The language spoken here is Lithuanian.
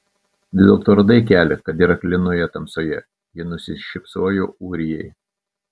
vis dėlto radai kelią kad ir aklinoje tamsoje ji nusišypsojo ūrijai